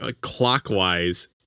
clockwise